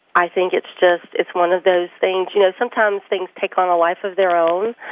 i think it's just it's one of those things. you know, sometimes, things take on a life of their own,